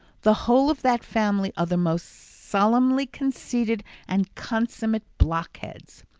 the whole of that family are the most solemnly conceited and consummate blockheads!